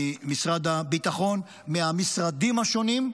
ממשרד הביטחון, מהמשרדים השונים: